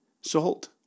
salt